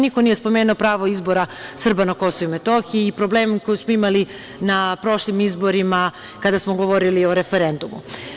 Niko nije spomenuo pravo izbora Srba na Kosovu i Metohiji i problemi koje smo imali na prošlim izborima, kada smo govorili o referendumu.